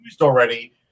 already